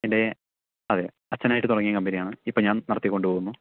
എൻ്റെ അതെ അച്ഛനായിട്ട് തുടങ്ങിയ കമ്പനിയാണ് ഇപ്പോൾ ഞാൻ നടത്തിക്കൊണ്ടുപ്പോകുന്നു